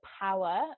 power